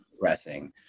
pressing